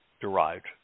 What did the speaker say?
derived